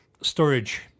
storage